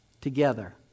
together